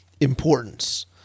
importance